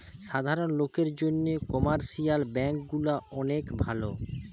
সাধারণ লোকের জন্যে কমার্শিয়াল ব্যাঙ্ক গুলা অনেক ভালো